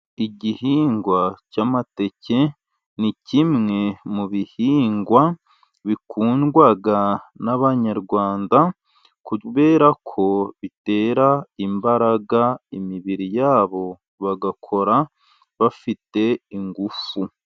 Igihingwa cy'amateke ni kimwe mu bihingwa bikundwa n'Abanyarwanda kubera ko bitera imbaraga imibiri yabo, bagakora bafite ingufu.